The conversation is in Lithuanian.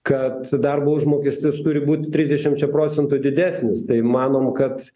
kad darbo užmokestis turi būt trisdešimčia procentų didesnis tai manom kad